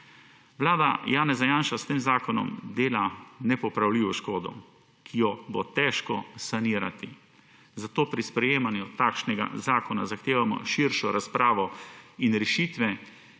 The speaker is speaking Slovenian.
Vlada Janeza Janše s tem zakonom dela nepopravljivo škodo, ki jo bo težko sanirati. Zato pri sprejemanju takšnega zakona zahtevamo širšo razpravo in rešitve,